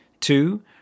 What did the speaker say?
Two